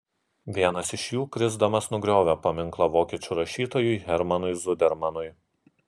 vienas iš jų krisdamas nugriovė paminklą vokiečių rašytojui hermanui zudermanui